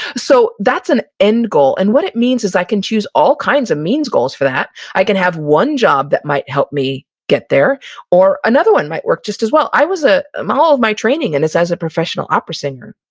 so that's an end goal. and what it means is i can choose all kinds of means goals for that. i can have one job that might help me get there or another one might work just as well. i was a, um all my training and is as a professional opera singer